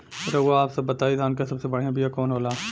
रउआ आप सब बताई धान क सबसे बढ़ियां बिया कवन होला?